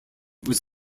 was